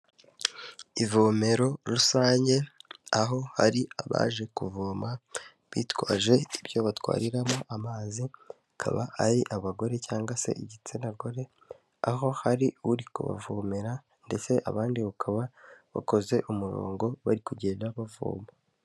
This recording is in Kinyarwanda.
Ivomero rusange, aho hari abaje kuvoma bitwaje ibyo batwariramo amazi bakaba ari abagore cyangwa se igitsina gore, aho hari uri kubavomera ndetse abandi bakaba bakoze umurongo bari kugenda bavoma.